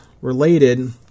related